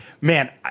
man